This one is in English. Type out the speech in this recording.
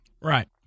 Right